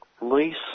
lease